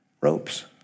ropes